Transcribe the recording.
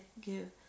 give